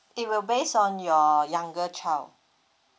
it will based on your younger child